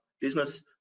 business